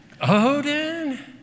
Odin